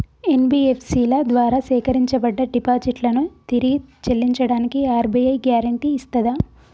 NBFC ల ద్వారా సేకరించబడ్డ డిపాజిట్లను తిరిగి చెల్లించడానికి ఆర్.బి.ఐ గ్యారెంటీ ఇస్తదా?